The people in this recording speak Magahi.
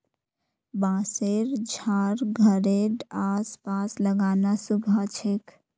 बांसशेर झाड़ घरेड आस पास लगाना शुभ ह छे